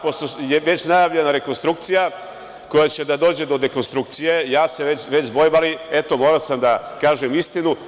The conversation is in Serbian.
Pošto je već najavljena rekonstrukcija, koja će da dođe do dekonstrukcije, ja se već bojim, ali eto, morao sam da kažem istinu.